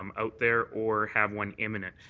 um out there or have one imminent.